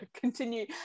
continue